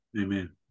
amen